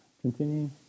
continue